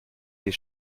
des